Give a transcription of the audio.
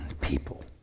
people